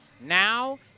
now